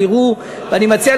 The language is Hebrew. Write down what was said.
יש דברים, אתם תראו, אני מציע לחברי,